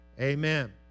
amen